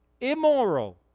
immoral